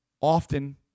often